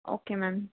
okay ma'am